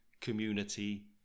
community